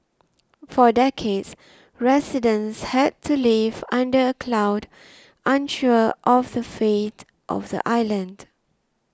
for decades residents had to live under a cloud unsure of the fate of the island